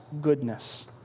goodness